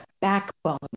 backbone